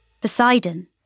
Poseidon